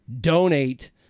Donate